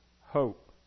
hope